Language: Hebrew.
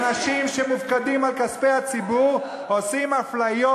איך אנשים שמופקדים על כספי הציבור עושים אפליות,